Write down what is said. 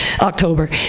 October